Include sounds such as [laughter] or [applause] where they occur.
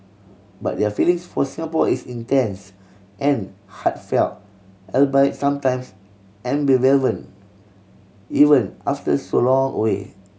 but their feelings for Singapore is intense and heartfelt albeit sometimes [unintelligible] even after so long away